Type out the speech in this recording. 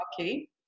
Okay